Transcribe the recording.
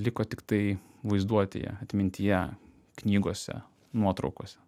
liko tiktai vaizduotėje atmintyje knygose nuotraukose